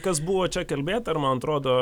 kas buvo čia kalbėta ir man atrodo